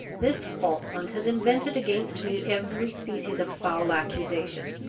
this falkland has invented against me every species of foul accusation.